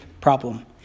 problem